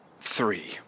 three